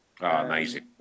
Amazing